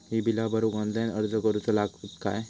ही बीला भरूक ऑनलाइन अर्ज करूचो लागत काय?